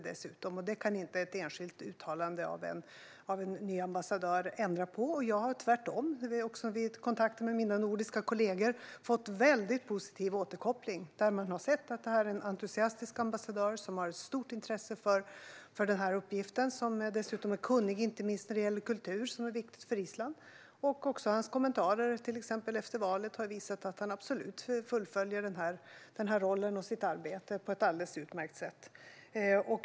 Det kan inte ett enskilt uttalande av en ny ambassadör ändra på. Tvärtom har jag vid kontakter med mina nordiska kollegor fått väldigt positiv återkoppling. Man har sett att detta är en entusiastisk ambassadör som har ett stort intresse för uppgiften. Han är dessutom kunnig, inte minst när det gäller kultur, som är viktigt för Island. Hans kommentarer, till exempel efter valet, har också visat att han fullföljer denna roll och sitt arbete på ett alldeles utmärkt sätt.